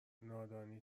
نادانی